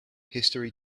history